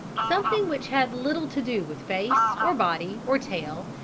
something which had little to do with face, or body, or tail,